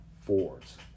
Ford's